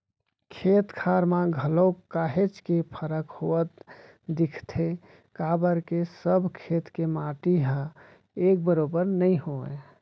खेत खार म घलोक काहेच के फरक होवत दिखथे काबर के सब खेत के माटी ह एक बरोबर नइ होवय